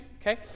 okay